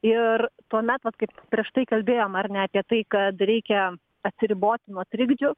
ir tuomet vat kaip prieš tai kalbėjom ar ne apie tai kad reikia atsiriboti nuo trikdžių